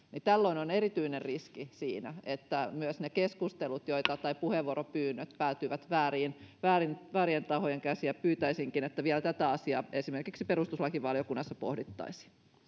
tällöin on erityinen riski siinä että myös ne keskustelut tai puheenvuoropyynnöt päätyvät väärien väärien tahojen käsiin ja pyytäisinkin että vielä tätä asiaa esimerkiksi perustuslakivaliokunnassa pohdittaisiin